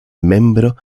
membro